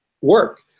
work